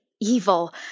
evil